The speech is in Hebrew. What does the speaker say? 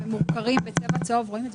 הכוונה לתקופת הזכאות.